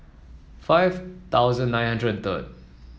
five thousand nine hundred and third